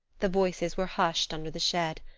the voices were hushed under the shed.